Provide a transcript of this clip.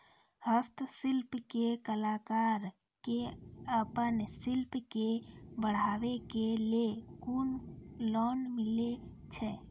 हस्तशिल्प के कलाकार कऽ आपन शिल्प के बढ़ावे के लेल कुन लोन मिलै छै?